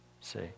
See